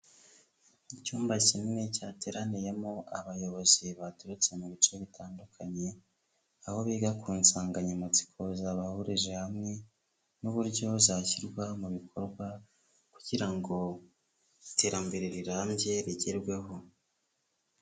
Icyumba kinini cyateraniyemo abayobozi baturutse mu bice bitandukanye, aho biga ku nsanganyamatsiko zabahurije hamwe n'uburyo zashyirwa mu bikorwa kugira ngo iterambere rirambye rigerweho.